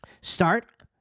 Start